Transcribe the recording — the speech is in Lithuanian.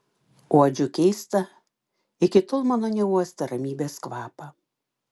uodžiu keistą iki tol mano neuostą ramybės kvapą